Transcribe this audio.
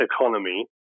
economy